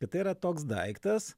kad tai yra toks daiktas